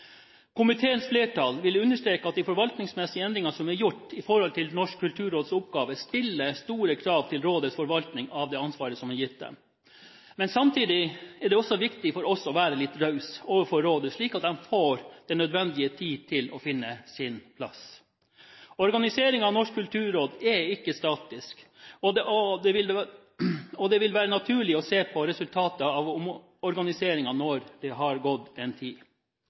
Komiteens flertall vil understreke at de forvaltningsmessige endringene som er gjort i forhold til Norsk kulturråds oppgaver, stiller store krav til rådets forvaltning av det ansvaret som er gitt dem. Men samtidig er det også viktig for oss å være litt rause overfor rådet, slik at de får den nødvendige tid til å finne sin plass. Organiseringen av Norsk kulturråd er ikke statisk, og det vil være naturlig å se på resultatet av organiseringen når det har gått en tid.